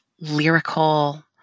lyrical